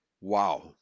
Wow